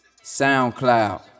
SoundCloud